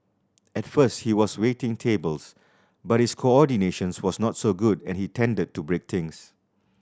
at first he was waiting tables but his coordination was not so good and he tended to break things